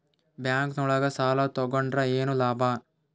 Bank ನೊಳಗ ಸಾಲ ತಗೊಂಡ್ರ ಏನು ಲಾಭ?